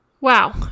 Wow